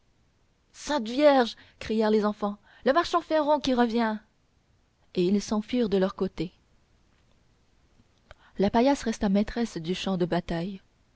sainte vierge crièrent les enfants le marchand feron qui revient et ils s'enfuirent de leur côté la paillasse resta maîtresse du champ de bataille